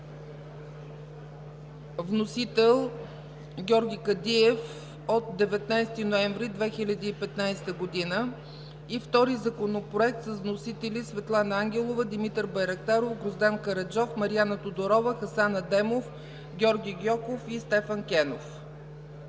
от Георги Кадиев на 19 ноември 2015 г. Вторият е с вносители Светлана Ангелова, Димитър Байрактаров, Гроздан Караджов, Мариана Тодорова, Хасан Адемов, Георги Гьоков и Стефан Кенов,